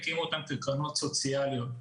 הקימו אותן כקרנות סוציאליות.